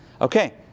Okay